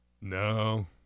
No